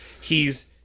he's-